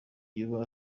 yaba